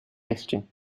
testing